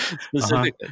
specifically